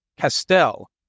Castel